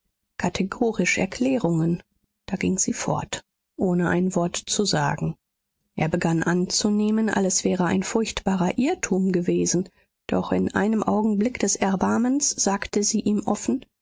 kategorisch erklärungen da ging sie fort ohne ein wort zu sagen er begann anzunehmen alles wäre ein furchtbarer irrtum gewesen doch in einem augenblick des erbarmens sagte sie ihm offen